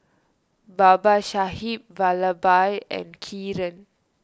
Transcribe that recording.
Babasaheb Vallabhbhai and Kiran